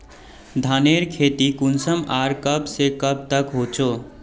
धानेर खेती कुंसम आर कब से कब तक होचे?